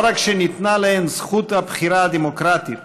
לא רק שניתנה להן זכות הבחירה הדמוקרטית,